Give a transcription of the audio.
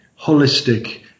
holistic